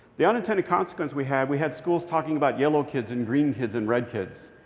the unintended consequence we have we had schools talking about yellow kids and green kids and red kids.